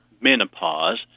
menopause